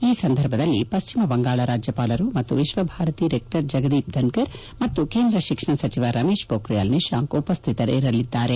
ಈ ಸಂದರ್ಭದಲ್ಲಿ ಪಶ್ಲಿಮ ಬಂಗಾಳ ರಾಜ್ಲಪಾಲರು ಮತ್ತು ವಿಶ್ವ ಭಾರತಿ ರೆಕ್ಷರ್ ಜಗದೀಪ್ ಧನ್ಕರ್ ಮತ್ತು ಕೇಂದ್ರ ಶಿಕ್ಷಣ ಸಚಿವ ರಮೇಶ್ ಪೋಬ್ರಿಯಾಲ್ ನಿಶಾಂಕ್ ಉಪಸ್ವಿತರಿರಲಿದ್ದಾರೆ